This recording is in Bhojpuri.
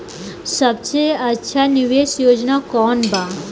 सबसे अच्छा निवेस योजना कोवन बा?